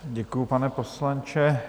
Děkuji, pane poslanče.